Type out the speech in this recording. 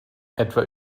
etwa